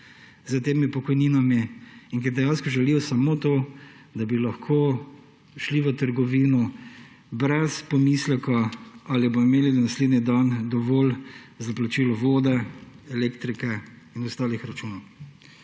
s temi pokojninami in dejansko želijo samo to, da bi lahko šli v trgovino brez pomisleka, ali bodo imeli naslednji dan dovolj za plačilo vode, elektrike in ostalih računov.